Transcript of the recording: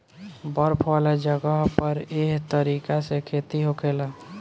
बर्फ वाला जगह पर एह तरीका से खेती होखेला